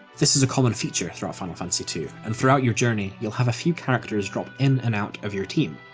this is a common feature throughout final fantasy ii, and throughout your journey you'll have a few characters drop in and out of your team,